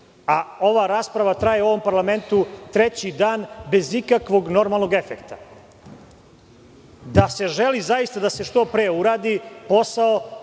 a ova rasprava u ovom parlamentu traje treći dan, bez ikakvog normalnog efekta. Da se želi zaista da se što pre uradi posao,